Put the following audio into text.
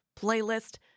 playlist